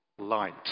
light